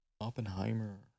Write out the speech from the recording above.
Oppenheimer